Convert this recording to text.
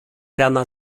rana